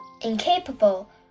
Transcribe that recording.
incapable